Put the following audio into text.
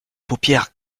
paupières